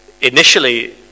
initially